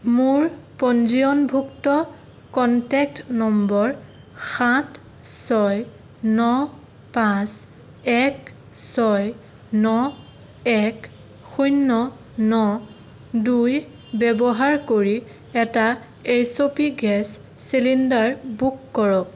মোৰ পঞ্জীয়নভুক্ত contact number সাত ছয় ন পাঁচ এক ছয় ন এক শূন্য ন দুই ব্যৱহাৰ কৰি এটা H O P gas cylinder book কৰক